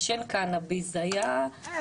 לעשן קנאביס היה --- אה,